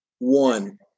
One